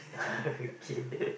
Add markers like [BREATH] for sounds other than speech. [BREATH] okay